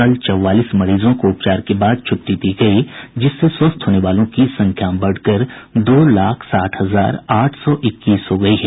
कल चौवालीस मरीजों को उपचार के बाद छटटी दी गयी जिससे स्वस्थ होने वालों की संख्या बढ़कर दो लाख साठ हजार आठ सौ इक्कीस हो गयी है